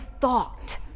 thought